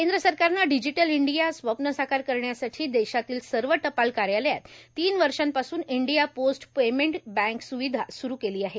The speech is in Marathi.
केंद्र सरकारनं डिजीटल इंडिया स्वप्न साकार करण्यासाठी देशातील सर्व टपाल कार्यालयात तीन वर्षांपासून इंडिया पोस्ट पेमेंट बँक स्विधा स्रू केली आहे